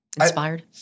inspired